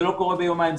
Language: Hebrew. זה לא קורה ביומיים,